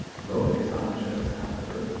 lope sanchez, however,